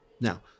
Now